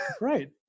right